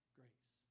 grace